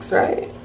right